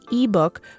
ebook